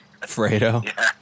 Fredo